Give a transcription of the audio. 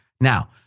Now